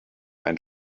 ein